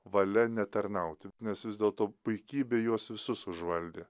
valia netarnauti nes vis dėlto puikybė juos visus užvaldė